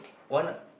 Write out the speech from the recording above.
one